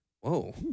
Whoa